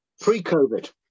pre-COVID